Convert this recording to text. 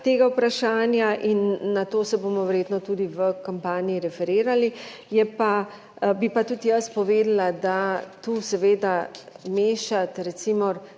tega vprašanja in na to se bomo verjetno tudi v kampanji referirali, je pa, bi pa tudi jaz povedala, da tu seveda mešati recimo